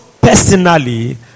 personally